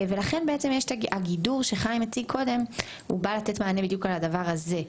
ולכן הגידור שחיים הציג קודם בא לתת מענה בדיוק על הדבר הזה.